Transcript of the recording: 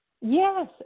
yes